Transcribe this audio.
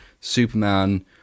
Superman